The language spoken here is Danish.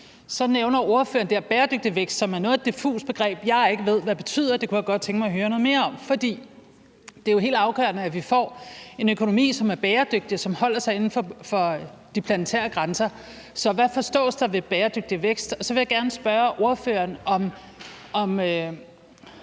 Så nævner ordføreren det her »bæredygtig vækst«, som er noget af et diffust begreb, jeg ikke ved hvad betyder. Det kunne jeg godt tænke mig at høre noget mere om. For det er jo helt afgørende, at vi får en økonomi, som er bæredygtig, og som holder sig inden for de planetære grænser. Så hvad forstås der ved bæredygtig vækst? Og så vil jeg gerne spørge ordføreren,